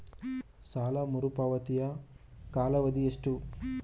ಸಾಲ ಮರುಪಾವತಿಯ ಕಾಲಾವಧಿ ಎಷ್ಟು?